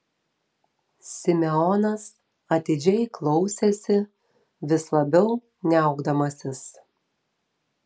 simeonas atidžiai klausėsi vis labiau niaukdamasis